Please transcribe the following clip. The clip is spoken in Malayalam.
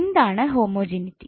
എന്താണ് ഹോമജനീറ്റി